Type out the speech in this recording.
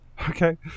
Okay